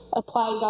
apply